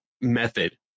method